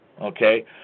Okay